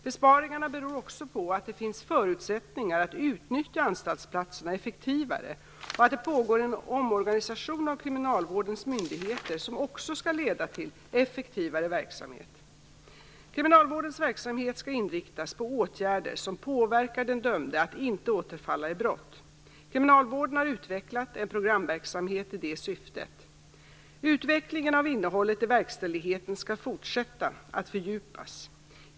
Besparingarna beror också på att det finns förutsättningar att utnyttja anstaltsplatserna effektivare och att det pågår en omorganisation av kriminalvårdens myndigheter som också skall leda till effektivare verksamhet. Kriminalvårdens verksamhet skall inriktas på åtgärder som påverkar den dömde att inte återfalla i brott. Kriminalvården har utvecklat en programverksamhet i det syftet. Utvecklingen av innehållet i verkställigheten skall fortsätta att fördjupas.